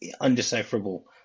undecipherable